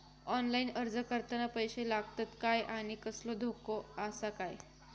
Online अर्ज करताना पैशे लागतत काय आनी कसलो धोको आसा काय?